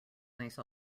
nice